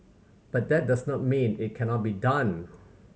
but that does not mean it cannot be done